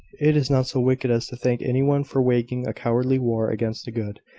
it is not so wicked as to thank any one for waging a cowardly war against the good,